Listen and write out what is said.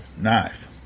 knife